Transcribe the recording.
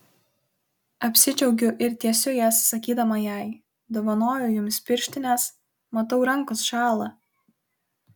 apsidžiaugiu ir tiesiu jas sakydama jai dovanoju jums pirštines matau rankos šąla